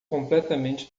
completamente